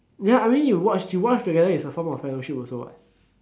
ya I mean you watch you watch together is a form of fellowship also what